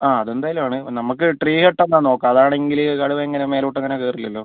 ആ അതെന്തായാലും ആണ് നമുക്ക് ട്രീ ഹട്ട് എന്നാൽ നോക്കാം അതാണെങ്കിൽ കടുവ അങ്ങനെ മേലോട്ടങ്ങനെ കയറില്ലല്ലോ